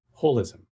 holism